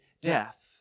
death